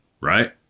right